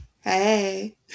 Hey